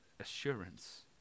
assurance